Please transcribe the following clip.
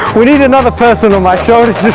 we need another person on my shoulders!